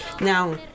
Now